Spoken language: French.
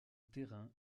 terrain